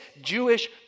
Jewish